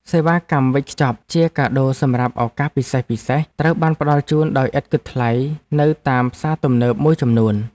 សេវាកម្មវេចខ្ចប់ជាកាដូសម្រាប់ឱកាសពិសេសៗត្រូវបានផ្ដល់ជូនដោយឥតគិតថ្លៃនៅតាមផ្សារទំនើបមួយចំនួន។